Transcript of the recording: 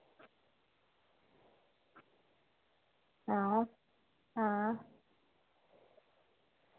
हां हां